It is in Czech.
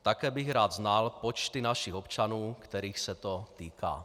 Také bych rád znal počty našich občanů, kterých se to týká.